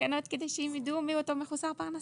התקנות כדי שידעו מי אותו מחוסר פרנסה?